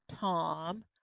Tom